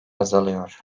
azalıyor